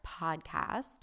podcast